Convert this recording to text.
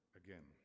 again